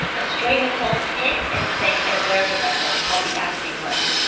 a stray missile hit and sank an american vessel called the african glenn.